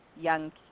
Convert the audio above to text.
young